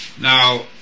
Now